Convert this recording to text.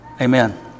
amen